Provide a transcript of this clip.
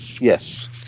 Yes